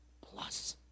Plus